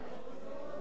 לא הגיעה לכאן.